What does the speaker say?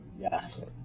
yes